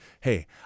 hey